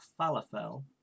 falafel